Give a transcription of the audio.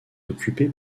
occupée